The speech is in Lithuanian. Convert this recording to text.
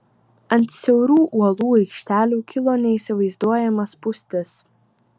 ant siaurų uolų aikštelių kilo neįsivaizduojama spūstis